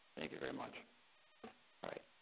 thank you very much all right